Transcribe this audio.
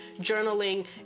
journaling